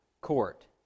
court